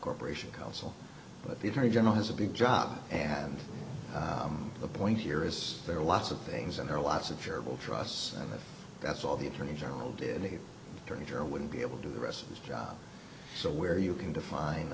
corporation counsel but the attorney general has a big job and the point here is there are lots of things and there are lots of chervil trusts and that's all the attorney general did he turn sure wouldn't be able to do the rest of his job so where you can define